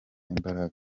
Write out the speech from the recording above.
imbaraga